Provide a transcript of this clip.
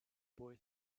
boy